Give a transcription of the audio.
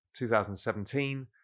2017